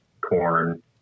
corn